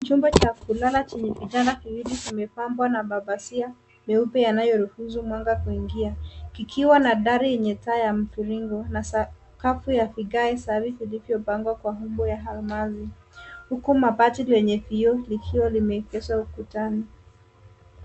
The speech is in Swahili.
chumba cha kulala viwili vimepambwa na mapazia meupe yanayoruhusu mwanga kuingia kikiwa na dari yenye taa ya mviringo na sakata ya vikae safi vilivyopangwa kwa umbo la almasi huku mabati lenye vioo likiwa limeekeshwa ukutani.